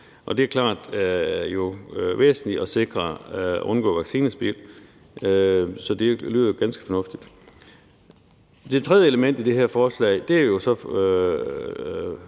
det er væsentligt at sikre at undgå vaccinespild, så det lyder ganske fornuftigt. Det tredje element i det her forslag er